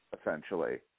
essentially